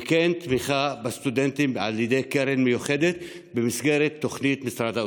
וכן תמיכה בסטודנטים על ידי קרן מיוחדת במסגרת תוכנית משרד האוצר.